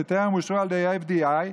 שטרם אושרו על ידי ה-FDA,